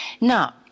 Now